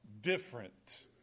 different